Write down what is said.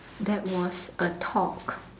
that was a talk